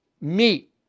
Meat